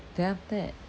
then after that